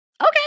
Okay